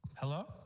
Hello